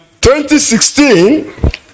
2016